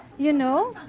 you know?